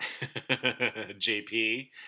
JP